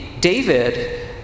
David